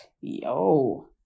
yo